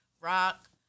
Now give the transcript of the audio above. rock